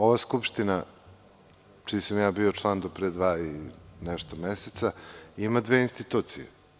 Ova Skupština čiji sam bio član do pre dva i nešto meseca, ima dve institucije.